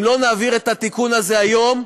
אם לא נעביר את התיקון הזה היום,